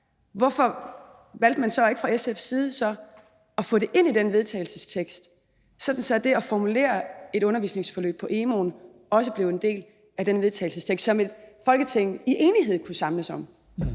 Hvorfor valgte man så ikke fra SF's side at få det ind i det forslag til vedtagelse, altså sådan at det at formulere et undervisningsforløb på emu.dk også blev en del af et forslag til vedtagelse, som et Folketing i enighed kunne samles om?